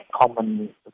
common